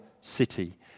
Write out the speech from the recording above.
city